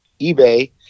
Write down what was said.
ebay